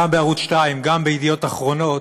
גם בערוץ 2 וגם בידיעות אחרונות,